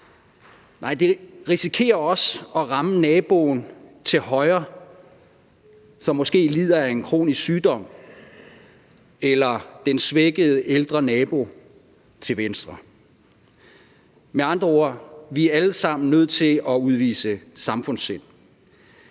nej, det risikerer også at ramme naboen til højre, som måske lider af en kronisk sygdom, eller den svækkede ældre nabo til venstre. Med andre ord: Vi er alle sammen nødt til at udvise samfundssind.